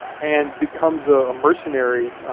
and becomes a mercenary,